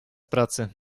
pracy